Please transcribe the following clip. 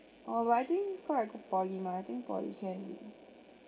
oh but I think cause I go poly~ mah I think poly~ can